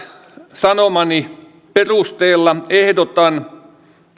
sanomani perusteella ehdotan